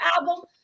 album